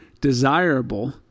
desirable